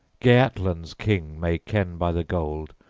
geatland's king may ken by the gold,